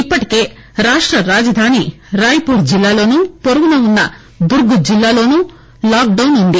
ఇప్పటికే రాష్ట రాజధాని రాయ్పూర్ జిల్లాలోనూ పోరుగున ఉన్న దుర్గ్ జిల్లాలోనూ లాక్ డౌన్ ఉంది